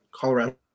Colorado